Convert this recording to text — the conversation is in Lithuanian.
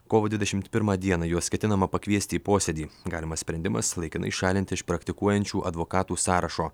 kovo dvidešimt pirmą dieną juos ketinama pakviesti į posėdį galimas sprendimas laikinai šalinti iš praktikuojančių advokatų sąrašo